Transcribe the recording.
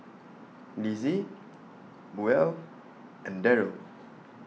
Lissie Buel and Darell